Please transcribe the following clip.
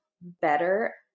better